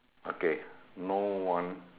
okay no one